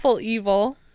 evil